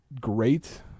great